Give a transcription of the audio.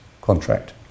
contract